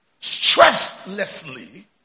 stresslessly